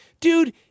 Dude